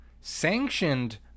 Sanctioned